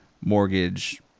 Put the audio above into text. mortgage